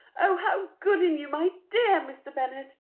oh, how good in you, my dear mr. bennet!